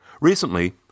Recently